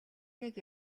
нэг